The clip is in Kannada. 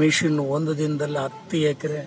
ಮಿಷಿನ್ ಒಂದು ದಿನ್ದಲ್ಲಿ ಹತ್ತು ಎಕರೆ